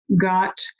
got